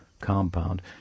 compound